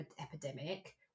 epidemic